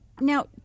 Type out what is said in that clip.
Now